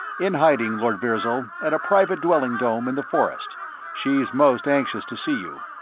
in hiding, lord virzal, at a private dwelling dome in the forest she's most anxious to see you.